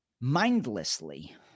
mindlessly